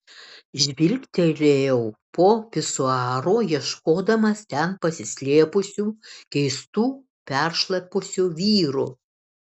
žvilgtelėjau po pisuaru ieškodamas ten pasislėpusių keistų peršlapusių vyrų